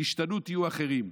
תשתנו, תהיו אחרים.